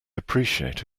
appreciate